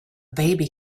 baby